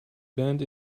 bend